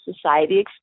society